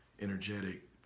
energetic